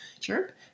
sure